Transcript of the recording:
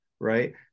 right